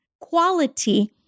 quality